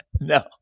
No